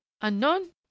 Unknown